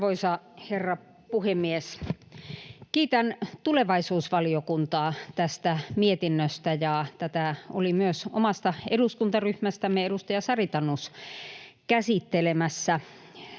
Arvoisa herra puhemies! Kiitän tulevaisuusvaliokuntaa tästä mietinnöstä. Tätä oli myös omasta eduskuntaryhmästämme edustaja Sari Tanus käsittelemässä.